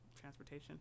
transportation